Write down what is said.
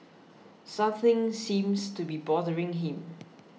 something seems to be bothering him